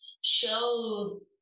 shows